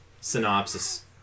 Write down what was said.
synopsis